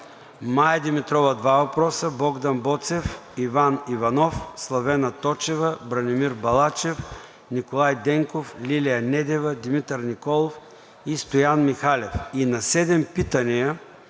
Мая Димитрова – два въпроса;